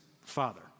Father